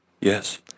Yes